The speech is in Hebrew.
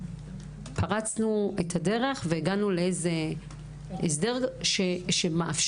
פרצנו את הדרך והגענו לאיזה הסדר שמאפשר